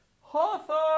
Hawthorne